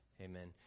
Amen